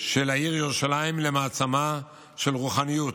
של העיר ירושלים למעצמה של רוחניות,